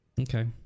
Okay